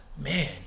man